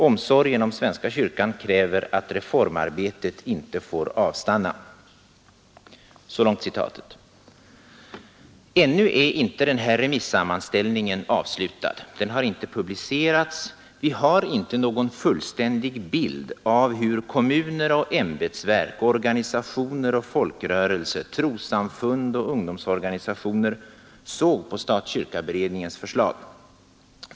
Omsorgen om Svenska Kyrkan kräver, att reformarbetet inte får avstanna.” Ännu är inte den här remisssammanställningen avslutad. Den har inte publicerats. Vi har inte någon fullständig bild av hur kommuner och ämbetsverk, organisationer och folkrörelser, trossamfund och ungdomsorganisationer såg på stat—kyrka-beredningens förslag.